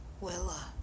Willa